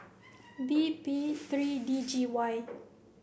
B P three D G Y